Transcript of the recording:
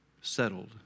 Settled